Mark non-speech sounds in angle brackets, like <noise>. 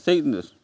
ସେଇ <unintelligible>